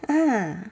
ah